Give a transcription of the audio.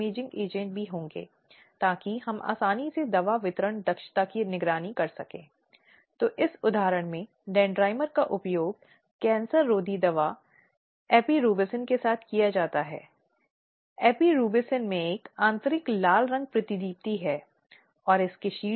इसलिए जब ICC अपनी गतिविधियों का संचालन कर रहा है तो उसके लिए नीति और संबंधित सेवा नियमों को जानना सबसे महत्वपूर्ण है इसलिए यह बहुत महत्वपूर्ण है कि आंतरिक शिकायत समिति अच्छी तरह से अवगत हो और अच्छी तरह से अनुकूल हो